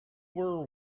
were